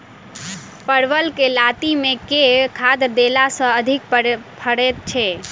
परवल केँ लाती मे केँ खाद्य देला सँ अधिक फरैत छै?